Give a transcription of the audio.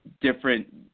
different